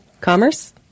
Commerce